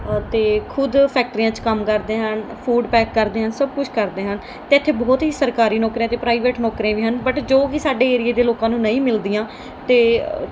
ਅਤੇ ਖੁਦ ਫੈਕਟਰੀਆਂ 'ਚ ਕੰਮ ਕਰਦੇ ਹਨ ਫੂਡ ਪੈਕ ਕਰਦੇ ਹਨ ਸਭ ਕੁਛ ਕਰਦੇ ਹਨ ਅਤੇ ਇੱਥੇ ਬਹੁਤ ਹੀ ਸਰਕਾਰੀ ਨੌਕਰੀਆਂ ਅਤੇ ਪ੍ਰਾਈਵੇਟ ਨੌਕਰੀਆਂ ਵੀ ਹਨ ਬਟ ਜੋ ਵੀ ਸਾਡੇ ਏਰੀਏ ਦੇ ਲੋਕਾਂ ਨੂੰ ਨਹੀਂ ਮਿਲਦੀਆਂ ਅਤੇ